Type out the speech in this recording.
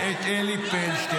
מי מכיר את אלי פלדשטיין?